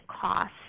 cost